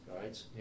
right